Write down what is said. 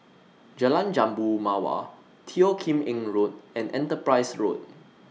Jalan Jambu Mawar Teo Kim Eng Road and Enterprise Road